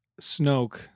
Snoke